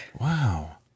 Wow